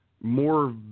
more